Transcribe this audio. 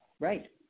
Right